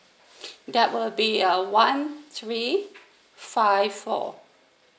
that will be uh one three five four